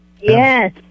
yes